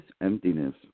emptiness